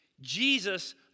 Jesus